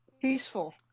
peaceful